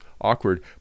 awkward